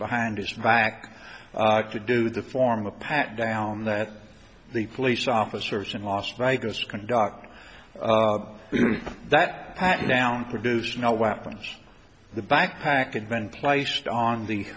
behind his back to do the form of a pat down that the police officers in las vegas conducted that pat down produced no weapons the backpack and been placed on the